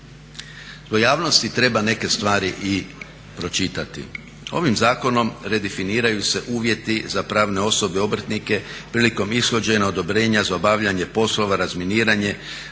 pojavnosti treba neke stvari i pročitati, ovim zakonom redefiniraju se uvjeti za pravne osobe, obrtnike prilikom ishođenja odobrenja za obavljanje poslova razminiranja